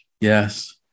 Yes